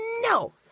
No